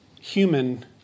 Human